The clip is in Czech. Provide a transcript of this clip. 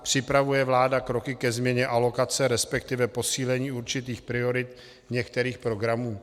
Připravuje vláda kroky ke změně alokace, respektive posílení určitých priorit některých programů?